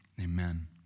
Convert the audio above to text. amen